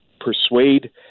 persuade